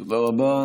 תודה רבה.